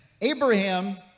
Abraham